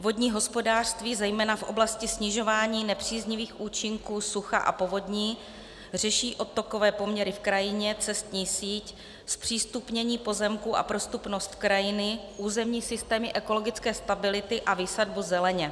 Vodní hospodářství, zejména v oblasti snižování nepříznivých účinků sucha a povodní, řeší odtokové poměry v krajině, cestní síť, zpřístupnění pozemků a prostupnost krajiny, územní systém ekologické stability a výsadbu zeleně.